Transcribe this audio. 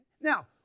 Now